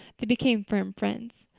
they became firm friends.